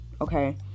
okay